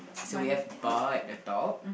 so we have bar at the top